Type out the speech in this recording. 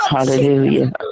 Hallelujah